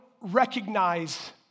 recognize